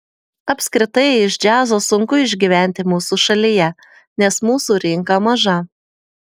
apskritai iš džiazo sunku išgyventi mūsų šalyje nes mūsų rinka maža